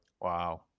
Wow